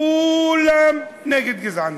כולם נגד גזענות,